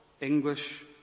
English